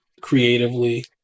creatively